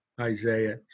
Isaiah